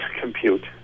compute